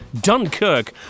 Dunkirk